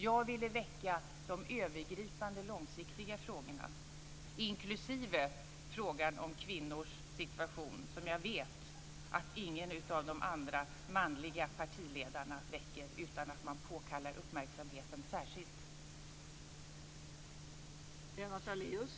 Jag ville väcka de övergripande, långsiktiga frågorna, inklusive frågan om kvinnors situation, som jag vet att ingen av de andra, manliga partiledarna väcker utan att man påkallar uppmärksamheten särskilt.